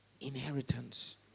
Inheritance